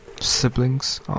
siblings